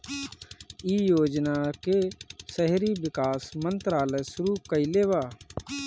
इ योजना के शहरी विकास मंत्रालय शुरू कईले बा